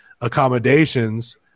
accommodations